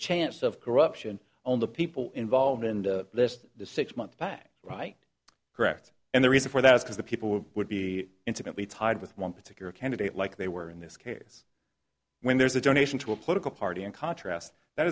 chance of corruption on the people involved and this to six months back right correct and the reason for that is because the people who would be intimately tied with one particular candidate like they were in this case when there's a donation to a political party in contrast that